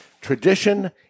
tradition